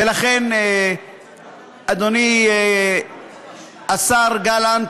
ולכן, אדוני השר גלנט,